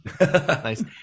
Nice